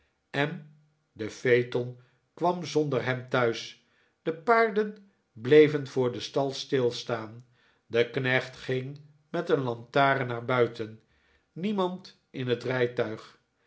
en de phaeton kwam zonder hem thuis de paarden bleven voor den stal stilstaan de knecht ging met een lantaarn naar buiten niemand in het rijtuig